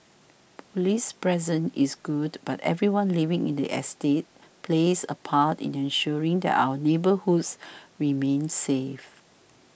police presence is good but everyone living in the estate plays a part in ensuring that our neighbourhoods remain safe